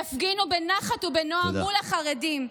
תפגינו בנחת ובנועם מול החרדים.